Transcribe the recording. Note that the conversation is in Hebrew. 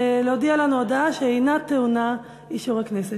להודיע לנו הודעה שאינה טעונה אישור הכנסת.